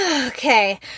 Okay